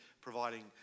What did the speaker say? providing